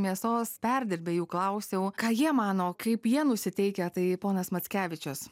mėsos perdirbėjų klausiau o ką jie mano kaip jie nusiteikę tai ponas mackevičius